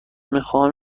میخواهم